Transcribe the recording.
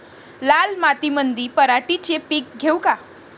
लाल मातीमंदी पराटीचे पीक घेऊ का?